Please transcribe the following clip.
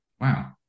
wow